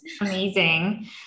amazing